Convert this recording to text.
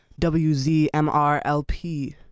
WZMRLP